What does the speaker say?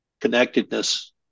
connectedness